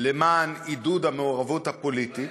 למען עידוד המעורבות הפוליטית.